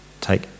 Take